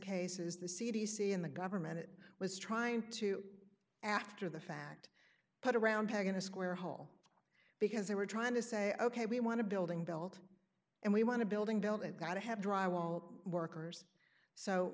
cases the c d c and the government it was trying to after the fact put a round peg in a square hole because they were trying to say ok we want to building belt and we want to build and build it gotta have drywall workers so